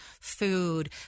food